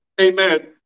amen